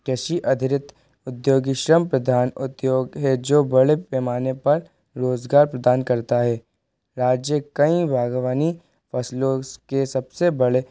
कृषि अधिरित उद्योगी श्रम प्रधान उद्योग है जो बड़े पैमाने पर रोज़गार प्रदान करता है राज्य कईं बाग़बानी फ़सलों के सब से बड़े